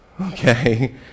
okay